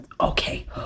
okay